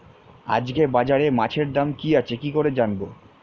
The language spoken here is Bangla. আজকে বাজারে মাছের দাম কি আছে কি করে জানবো?